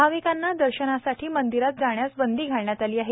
भाविकांना दर्शनासाठी मंदीरात जाण्यास बंदी घालण्यात आली आहे